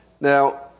Now